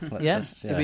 Yes